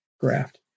graft